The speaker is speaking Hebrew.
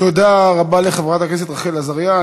תודה רבה לחברת הכנסת רחל עזריה.